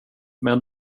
men